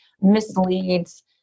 misleads